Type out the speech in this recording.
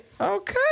Okay